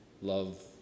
love